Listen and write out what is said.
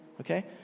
Okay